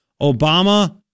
Obama